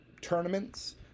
tournaments